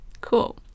cool